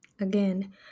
Again